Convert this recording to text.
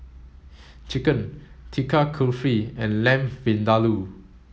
Chicken Tikka Kulfi and Lamb Vindaloo